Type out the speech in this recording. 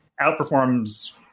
outperforms